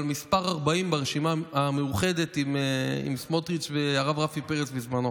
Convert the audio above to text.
אבל מספר 40 ברשימה המאוחדת עם סמוטריץ' והרב רפי פרץ בזמנו.